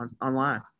online